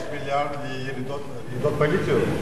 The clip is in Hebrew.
יש מיליארד לרעידות פוליטיות.